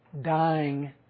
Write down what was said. dying